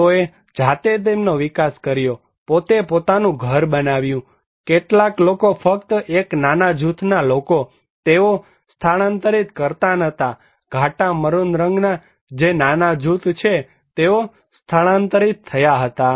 તેઓએ જાતે તેમનો વિકાસ કર્યો પોતે પોતાનું ઘર બનાવ્યું કેટલાક લોકો ફક્ત એક નાના જૂથના લોકો તેઓ તેને સ્થાનાંતરિત કરતા નહોતા ઘાટા મરૂન રંગમાં જે નાના જૂથ છે તેઓ સ્થળાંતરિત થયા હતા